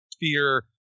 fear